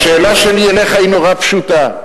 השאלה שלי אליך היא נורא פשוטה: